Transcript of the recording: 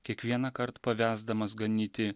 kiekvienąkart pavesdamas ganyti